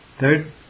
Third